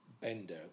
bender